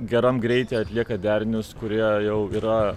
geram greity atlieka derinius kurie jau yra